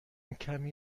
کمی